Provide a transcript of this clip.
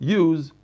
use